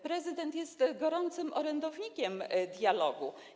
Prezydent jest gorącym orędownikiem dialogu.